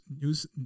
news